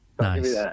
Nice